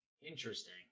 Interesting